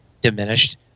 diminished